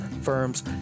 firms